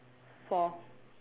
four